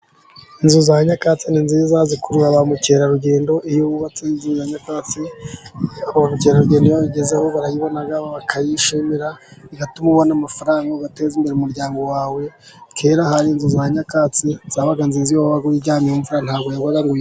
Inzu za nyakatsi ni nziza zikurura ba mukerarugendo, iyo wubatse inzu ya nyakatsi ubukerarugendo bagezaho barayibona bakayishimira bigatuma ubona amafaranga ugateza imbere umuryango wawe, kera hari inzu za nyakatsi zabagaze nziza iyo wabaga uyiryamyemo nta mvura wumvaga.